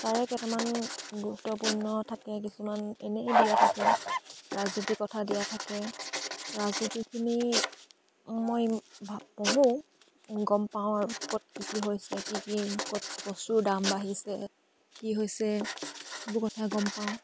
তাৰে কেইটামান গুৰুত্বপূৰ্ণ থাকে কিছুমান এনেই দিয়া থাকে ৰাজনীতি কথা দিয়া থাকে ৰাজনীতিখিনি মই ভা পঢ়োঁ গম পাওঁ আৰু ক'ত কি কি হৈছে কি কি ক'ত বস্তুৰ দাম বাঢ়িছে কি হৈছে সেইবোৰ কথা গম পাওঁ